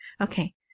Okay